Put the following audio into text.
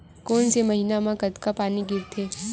कोन से महीना म कतका पानी गिरथे?